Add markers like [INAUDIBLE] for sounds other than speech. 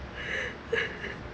[BREATH]